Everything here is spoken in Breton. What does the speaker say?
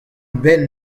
benn